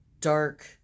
dark